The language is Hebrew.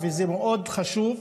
זה מאוד חשוב.